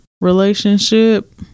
Relationship